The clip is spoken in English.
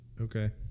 Okay